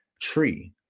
tree